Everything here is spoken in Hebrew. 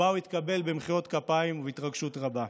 הוא התקבל במחיאות כפיים ובהתרגשות רבה.